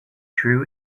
drew